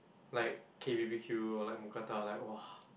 like K B_B_Q or like Mookata like !wah!